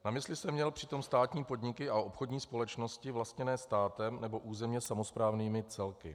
Na mysli jsem měl přitom státní podniky a obchodní společnosti vlastněné státem nebo územně samosprávnými celky.